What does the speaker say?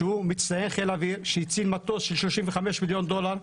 שהוא מצטיין חיל האוויר שהציל מטוס של שלושים וחמש מיליון דולר,